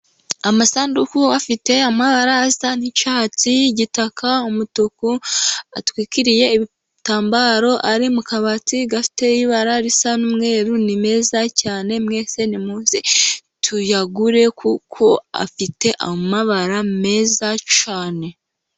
Amasanduku afite amabara asa n'icyatsi, y'igitaka, umutuku, atwikiriye ibitambaro, ari mu kabati gafite ibara risa n'umweru, ni meza cyane, mwese nimuze tuyagure, kuko afite amabara meza cyane.